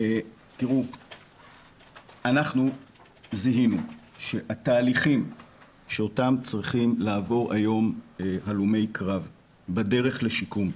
אנחנו זיהינו שהתהליכים שאותם צריכים לעבור היום הלומי קרב בדרך לשיקום,